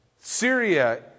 Syria